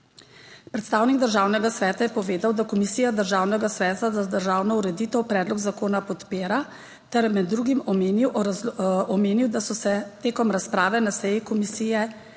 Predstavnik Državnega sveta je povedal, da Komisija Državnega sveta za državno ureditev predlog zakona podpira, ter med drugim omenil, da so se med razpravo na seji komisije